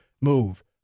move